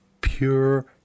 pure